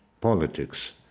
politics